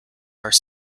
are